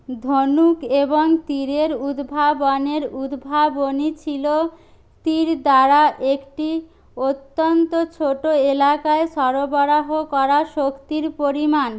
ধনুক এবং তীরের উদ্ভাবনের উদ্ভাবনী ছিল তীর দ্বারা একটি অত্যন্ত ছোট এলাকায় সরবরাহ করা শক্তির পরিমাণ